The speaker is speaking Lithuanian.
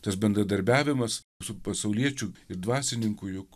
tas bendradarbiavimas su pasauliečių ir dvasininkų juk